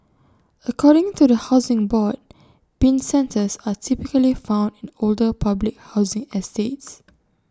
according to the Housing Board Bin centres are typically found in older public housing estates